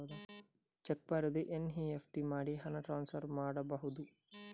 Check ಬರೆದು NEFT ಮಾಡಿ ಹಣ ಟ್ರಾನ್ಸ್ಫರ್ ಮಾಡಬಹುದು?